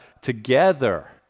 together